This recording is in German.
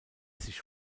sich